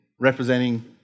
representing